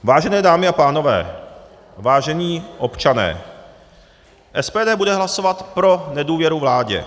Vážené dámy a pánové, vážení občané, SPD bude hlasovat pro nedůvěru vládě.